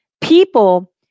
People